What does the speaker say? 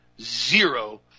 zero